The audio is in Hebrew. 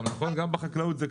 בחקלאות.